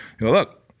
Look